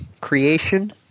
creation